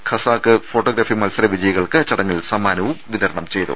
Khasak photography മത്സര വിജയികൾക്ക് ചടങ്ങിൽ സമ്മാനവും വിതരണം ചെയ്തു